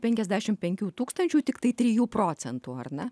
penkiasdešim penkių tūkstančių tiktai jų procentų ar na